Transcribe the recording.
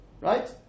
Right